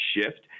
shift